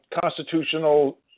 constitutional